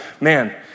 man